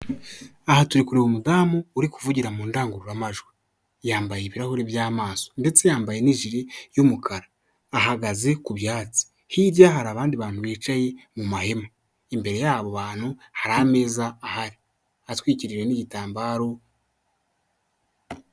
Aha turi kureba umudamu uri kuvugira mu ndangururamajwi, yambaye ibirahuri by'amaso ndetse yambaye n'ijire y'umukara, ahagaze ku byatsi, hirya hari abandi bantu bicaye mu mahema, imbere y'abo bantu hari ameza ahari, atwikiwe n'igitambaro.